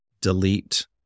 delete